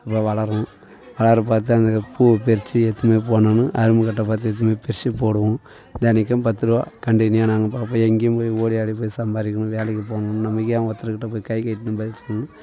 வ வளரும் வளர்றதை பார்த்து அந்த பூ பறிச்சி எடுத்துன்னு போய் போனாலும் அரும்பு கட்டை பறிச்சி எடுத்துன்னு போய் பறிச்சிப் போடுவோம் தினைக்கும் பத்துரூபா கன்டினியூவாக நாங்கள் பார்ப்போம் எங்கேயும் போய் ஓடி ஆடிப் போய் சம்பாதிக்கணும் வேலைக்கு போகணும் நமக்கு ஏன் ஒருத்தருக்கிட்டப் போய் கைக்கட்டின்னு பதில் சொல்லணும்